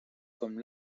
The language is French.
comme